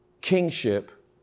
kingship